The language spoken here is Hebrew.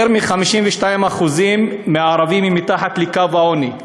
יותר מ-52% מהערבים הם מתחת לקו העוני.